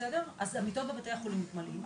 המיטות בבתי החולים מתמלאות,